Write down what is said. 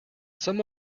some